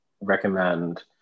recommend